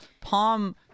palm